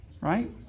right